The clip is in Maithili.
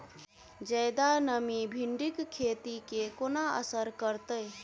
जियादा नमी भिंडीक खेती केँ कोना असर करतै?